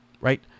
right